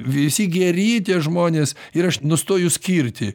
visi geri tie žmonės ir aš nustoju skirti